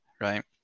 right